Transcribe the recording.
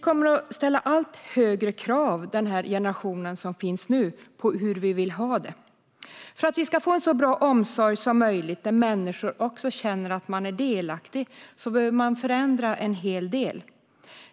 Den nuvarande generationen kommer att ställa allt högre krav på hur vi vill ha det. För att vi ska få en så bra omsorg som möjligt, där människor också känner att de är delaktiga, behöver vi förändra en hel del.